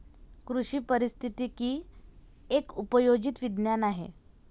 कृषी पारिस्थितिकी एक उपयोजित विज्ञान आहे